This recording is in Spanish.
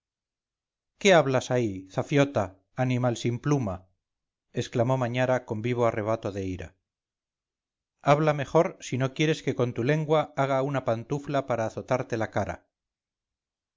qué hablas ahí zafiota animal sin pluma exclamó mañara con vivo arrebato de ira habla mejor si no quieres que con tu lengua haga una pantufla para azotarte la cara